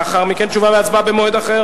לדיון בוועדת הפנים והגנת הסביבה.